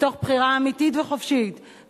מתוך בחירה אמיתית וחופשית,